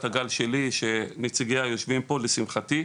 הגל שלי שנציגיה יושבים פה לשמחתי,